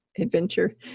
adventure